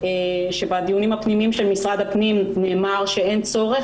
שבדיונים הפנימיים של משרד הפנים נאמר שאין צורך